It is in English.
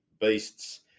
Beasts